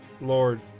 Lord